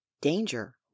Danger